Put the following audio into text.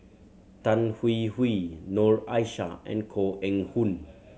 Tan Hwee Hwee Noor Aishah and Koh Eng Hoon